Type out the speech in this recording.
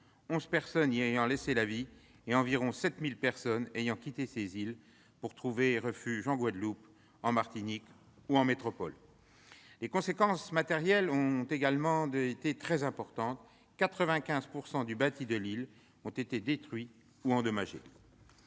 11 personnes y ayant laissé la vie et environ 7 000 personnes ayant quitté ces îles pour trouver refuge en Guadeloupe, en Martinique ou en métropole. Les conséquences matérielles ont également été très importantes : 95 % du bâti de l'île a été détruit ou endommagé.